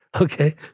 Okay